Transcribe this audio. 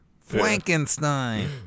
Frankenstein